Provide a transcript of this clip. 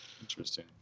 Interesting